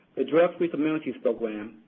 the drug free communities program,